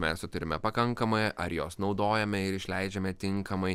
mes turime pakankamai ar jos naudojame ir išleidžiame tinkamai